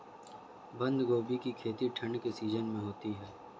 बंद गोभी की खेती ठंड के सीजन में होती है